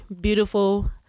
beautiful